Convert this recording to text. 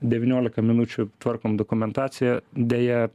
devyniolika minučių tvarkom dokumentaciją deja